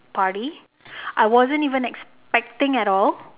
party I wasn't even expecting at all